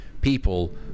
people